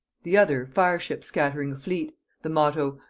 the other, fire-ships scattering a fleet the motto,